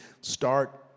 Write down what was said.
start